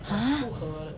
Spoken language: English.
!huh!